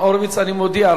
אני מודיע, רבותי: